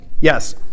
Yes